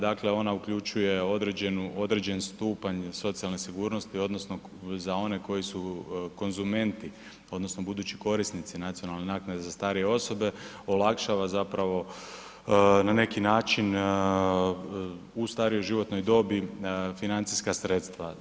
Dakle, ona uključuje određenu, određen stupanj socijalne sigurnosti odnosno za one koji su konzumenti odnosno budući korisnici nacionalne naknade za starije osobe olakšava zapravo na neki način u starijoj životnoj dobi financijska sredstava.